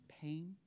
pain